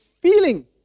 feeling